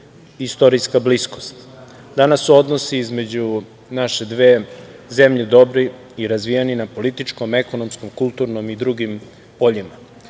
istorijska bliskost. Danas su odnosi između naše dve zemlje dobri i razvijeni na političkom, ekonomskom, kulturnom i drugim poljima.